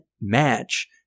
match